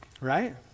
Right